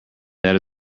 that